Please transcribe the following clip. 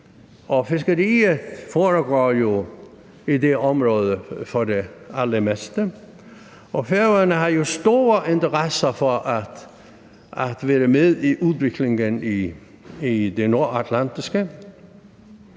fiskeriet foregår for det allermeste i det område, og Færøerne har jo store interesser for at være med i udviklingen i det nordatlantiske.